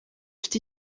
ifite